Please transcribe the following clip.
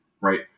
right